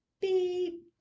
beep